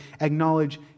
acknowledge